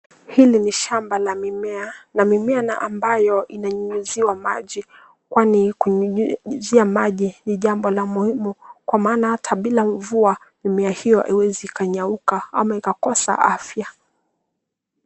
Hili ni shamba la mimea na mimea na ambayo inanyunyiziwa maji kwani kunyunyizia maji ni jambo la muhimu kwa maana ata bila mvua mimea hiyo haiwezi ikanyauka ama ikakosa afya.